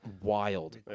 Wild